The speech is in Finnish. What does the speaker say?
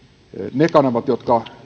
ne kanavat jotka